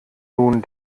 nun